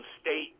State